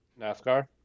NASCAR